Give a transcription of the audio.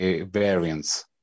variants